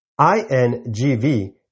INGV